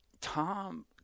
Tom